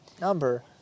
Number